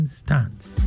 stance